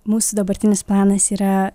mūsų dabartinis planas yra